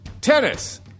Tennis